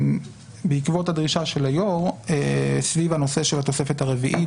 בעקבות הדרישה של היו"ר סביב הנושא של התוספת הרביעית